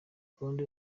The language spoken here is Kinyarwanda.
gahunda